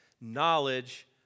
knowledge